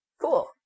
Cool